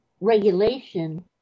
regulation